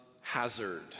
hazard